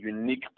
unique